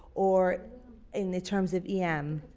or in the terms of em.